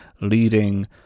leading